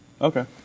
okay